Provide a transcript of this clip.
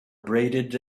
abraded